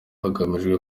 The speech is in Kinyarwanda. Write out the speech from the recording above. hagamijwe